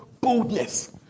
boldness